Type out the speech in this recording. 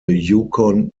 yukon